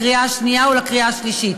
לקריאה השנייה ולקריאה השלישית.